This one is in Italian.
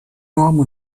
uomo